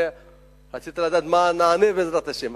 רציתי לדעת מה נענה, בעזרת השם.